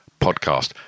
podcast